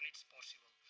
it's possible.